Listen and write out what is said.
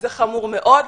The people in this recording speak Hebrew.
זה חמור מאוד.